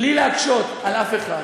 בלי להקשות על אף אחד,